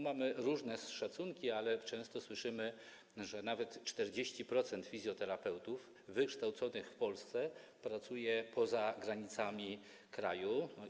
Mamy różne szacunki, ale często słyszymy, że nawet 40% fizjoterapeutów wykształconych w Polsce pracuje poza granicami kraju.